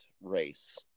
race